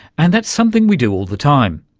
and that's something we do all the time.